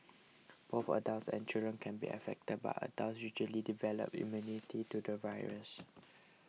both adults and children can be affected but adults usually develop immunity to the virus